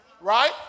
Right